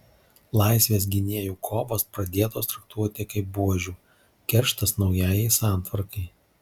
laisvės gynėjų kovos pradėtos traktuoti kaip buožių kerštas naujajai santvarkai